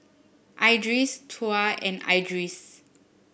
Idris Tuah and Idris